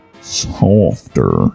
softer